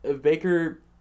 Baker